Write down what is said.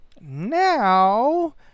now